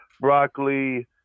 broccoli